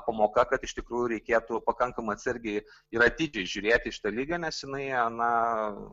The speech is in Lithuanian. pamoka kad iš tikrųjų reikėtų pakankamai atsargiai ir atidžiai žiūrėti į šitą ligą nes jinai na